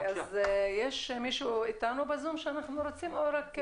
יש מישהו איתנו בזום שאנחנו רוצים או רק --- לא.